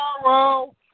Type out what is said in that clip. tomorrow